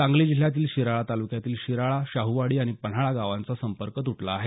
सांगली जिल्ह्यातील शिराळा तालुक्यातील शिराळा शाहूवाडी आणि पन्हाळा गावांचा संपर्क तुटला आहे